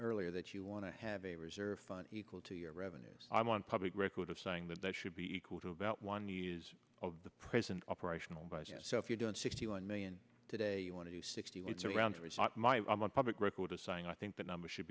earlier that you want to have a reserve fund equal to your revenues i'm on public record of saying that that should be equal to about one of the present operational budget so if you're doing sixty one million today you want to do sixty what's around my public record as saying i think that number should